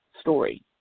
story